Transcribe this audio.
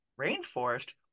rainforest